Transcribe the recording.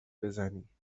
بزنی